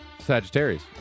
Sagittarius